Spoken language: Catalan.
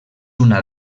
una